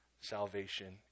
salvation